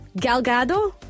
Galgado